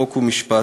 חוק ומשפט,